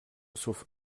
sauf